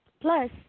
Plus